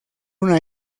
una